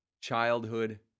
childhood